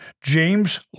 james